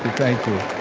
thank you.